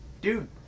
dude